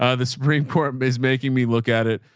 ah the supreme court is making me look at it.